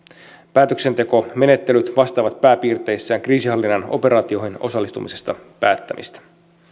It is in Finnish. päätöksentekomenettelyt vastaavat pääpiirteissään kriisinhallinnan operaatioihin osallistumisesta päättämistä